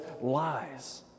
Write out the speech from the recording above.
lies